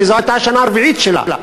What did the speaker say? כי זו הייתה השנה הרביעית שלה.